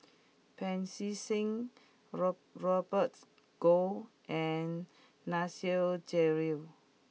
Pancy Seng rob Robert Goh and Nasir Jalil